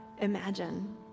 imagine